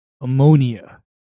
ammonia